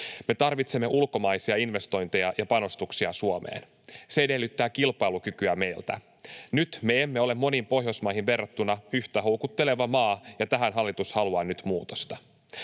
Me tarvitsemme ulkomaisia investointeja ja panostuksia Suomeen. Se edellyttää kilpailukykyä meiltä. Nyt me emme ole moniin Pohjoismaihin verrattuna yhtä houkutteleva maa, ja tähän hallitus haluaa nyt muutosta.